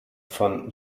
von